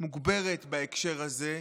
מוגברת בהקשר הזה,